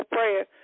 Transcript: Prayer